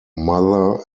mother